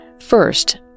First